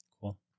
Cool